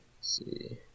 see